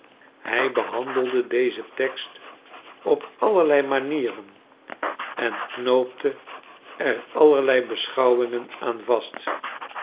hij behandelde dezen tekst op allerlei manieren en knoopte er allerlei beschouwingen aan vast